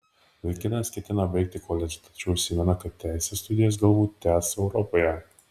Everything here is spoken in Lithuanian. vaikinas ketina baigti koledžą tačiau užsimena kad teisės studijas galbūt tęs europoje